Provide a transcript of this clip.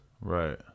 Right